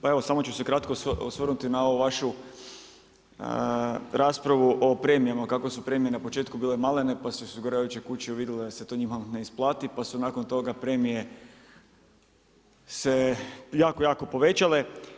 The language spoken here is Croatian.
Pa evo samo ću se kratko osvrnuti na ovu vašu raspravu o premijama, kako su premije na početku bile malene pa su osiguravajuće kuće vidjele da se to nimalo ne isplati, pa su nakon toga premije se jako, jako povećale.